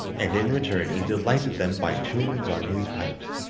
and in return he delighted them by tunes on his pipes.